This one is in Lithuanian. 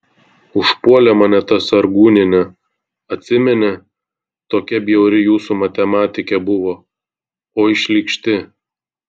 užpuolė mane ta sargūnienė atsimeni tokia bjauri jūsų matematikė buvo oi šlykšti